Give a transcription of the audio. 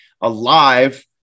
alive